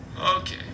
Okay